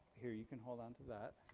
here you can hold on to that.